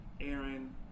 aaron